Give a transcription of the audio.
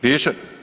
Više?